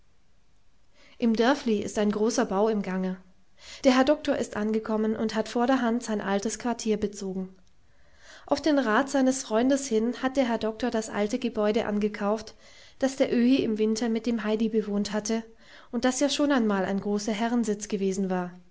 im dörfli ist ein großer bau im gange der herr doktor ist angekommen und hat vorderhand sein altes quartier bezogen auf den rat seines freundes hin hat der herr doktor das alte gebäude angekauft das der öhi im winter mit dem heidi bewohnt hatte und das ja schon einmal ein großer herrensitz gewesen war